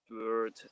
word